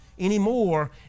anymore